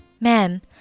Ma'am